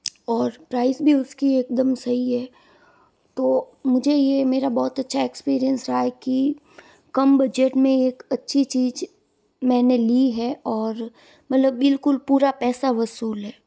और प्राइज़ भी उस की एक दम सही है तो मुझे ये ये मेरा बहुत अच्छा एक्सपीरियंस रहा है कि कम बजट में एक अच्छी चीज़ मैंने ली है और मतलब बिल्कुल पूरा पैसा वसूल है